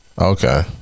okay